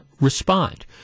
respond